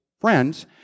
friends